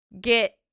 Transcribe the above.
get